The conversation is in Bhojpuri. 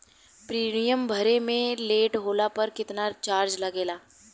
प्रीमियम भरे मे लेट होला पर केतना चार्ज लागेला?